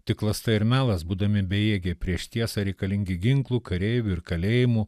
tik klasta ir melas būdami bejėgiai prieš tiesą reikalingi ginklų kareivių ir kalėjimų